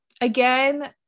Again